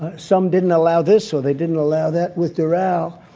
ah some didn't allow this or they didn't allow that. with doral,